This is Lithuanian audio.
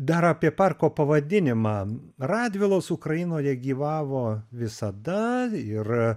dar apie parko pavadinimą radvilos ukrainoje gyvavo visada ir